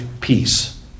peace